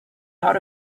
out